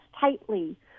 tightly